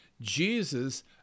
Jesus